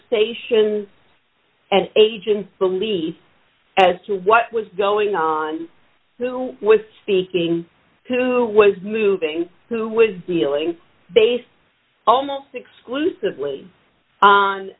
stations and agents believe as to what was going on who was speaking who was moving who was dealing based almost exclusively on